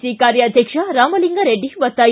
C ಕಾರ್ಯಾಧ್ಯಕ್ಷ ರಾಮಲಿಂಗಾರೆಡ್ಡಿ ಒತ್ತಾಯ